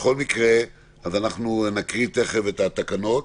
אני תכף נקריא את התקנות